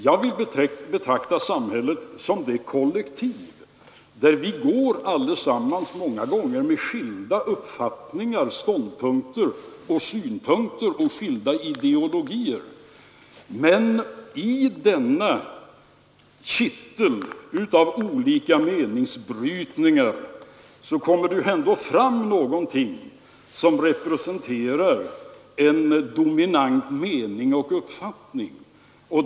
Jag vill betrakta samhället som det kollektiv, där vi allesammans går, med många gånger skilda uppfattningar och ståndpunkter och skilda ideologier. Men i denna kittel av olika meningsbrytningar kommer ändå fram någonting som representerar en dominant mening och uppfattning.